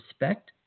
respect